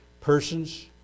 persons